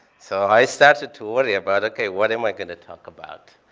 so i started to worry about, okay. what am i going to talk about?